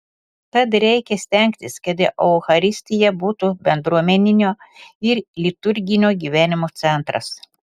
tad reikia stengtis kad eucharistija būtų bendruomeninio ir liturginio gyvenimo centras